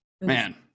man